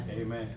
Amen